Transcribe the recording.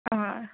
ആ